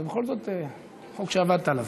זה בכל זאת חוק שעבדת עליו.